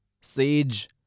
Sage